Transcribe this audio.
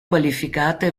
qualificate